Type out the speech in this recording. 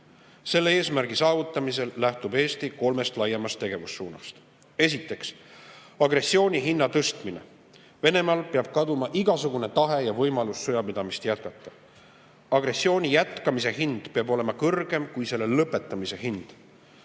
Selle eesmärgi saavutamisel lähtub Eesti kolmest laiemast tegevussuunast. Esiteks, agressiooni hinna tõstmine. Venemaal peab kaduma igasugune tahe ja võimalus sõjapidamist jätkata. Agressiooni jätkamise hind peab olema kõrgem kui selle lõpetamise hind.